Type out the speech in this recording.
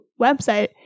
website